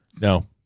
No